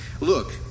look